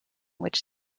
which